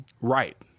right